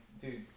dude